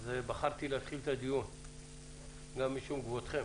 גם משום כבודכם